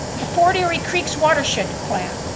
the fore-dairy creek's watershed plan.